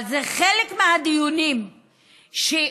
אבל זה חלק מהדיונים שאומרים,